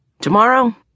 Tomorrow